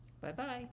Bye-bye